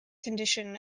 condition